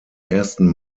ersten